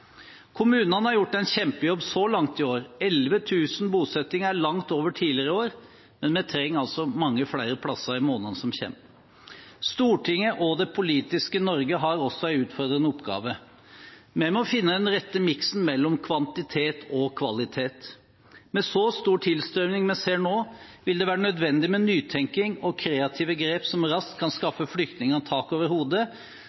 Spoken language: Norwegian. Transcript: Kommunene har gjort en kjempejobb så langt i år – 11 000 bosettinger er langt over tidligere år, men vi trenger altså mange flere plasser i månedene som kommer. Stortinget og det politiske Norge har også en utfordrende oppgave. Vi må finne den rette miksen av kvantitet og kvalitet. Med så stor tilstrømning vi ser nå, vil det være nødvendig med nytenking og kreative grep som raskt kan skaffe flyktningene tak over hodet,